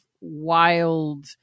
wild